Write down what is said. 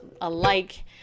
alike